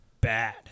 Bad